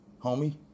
homie